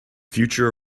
future